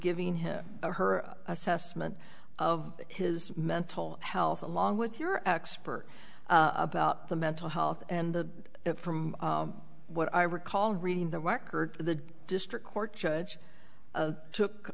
giving him her assessment of his mental health along with your expert about the mental health and the from what i recall reading the record the district court judge of took